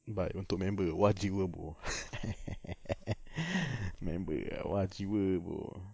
bai untuk member !wah! jiwa bro member !wah! jiwa bro